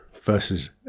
versus